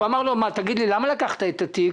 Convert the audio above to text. אמר לו אליגון: "תגיד לי, למה לקחת את התיק?